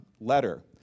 letter